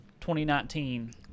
2019